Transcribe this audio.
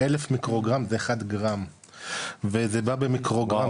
1000 מיקרוגרם זה אחד גרם וזה בא במיקרוגרם,